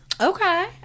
Okay